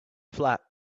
flat